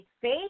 faith